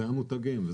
זה המותגים.